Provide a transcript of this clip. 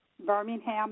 Birmingham